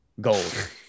Gold